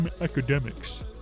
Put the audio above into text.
academics